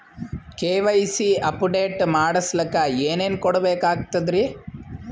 KYC update ಮಾಡಸ್ಲಕ ಏನೇನ ಕೊಡಬೇಕಾಗ್ತದ್ರಿ?